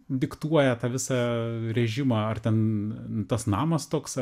diktuoja tą visą režimą ar ten tas namas toks